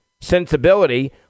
sensibility